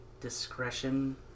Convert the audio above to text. discretion